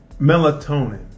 Melatonin